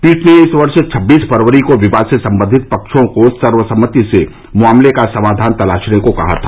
पीठ ने इस वर्ष छब्बीस फरवरी को विवाद से संबंधित पक्षों को सर्व सम्मति से मामले का समाधान तलाशने के लिए कहा था